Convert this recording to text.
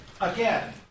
again